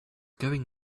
going